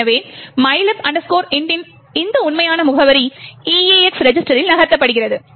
எனவே mylib int இன் இந்த உண்மையான முகவரி EAX ரெஜிஸ்டரில் நகர்த்தப்படுகிறது